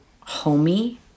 homey